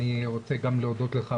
אני רוצה גם להודות לך,